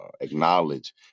acknowledge